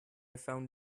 found